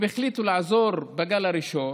הם החליטו לעזור בגל הראשון,